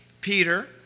Peter